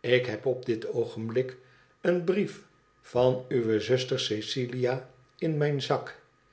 ik heb op dit oogenblik een brief van uwe zuster cecilia in mijn zak